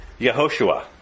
Yehoshua